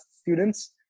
students